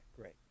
great